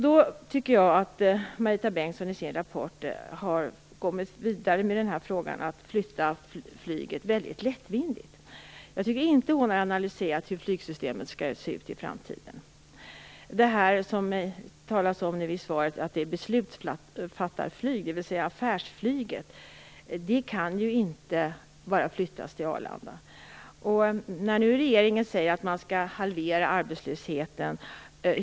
Då tycker jag att Marita Bengtsson i sin rapport har gått vidare med detta om att flytta flyget väldigt lättvindigt. Jag tycker inte att hon har analyserat hur flygsystemet skall se ut i framtiden. Det beslutsfattarflyg det talas om i svaret, alltså affärsflyget, kan ju inte bara flyttas till Arlanda. Nu säger regeringen att man skall halvera arbetslösheten.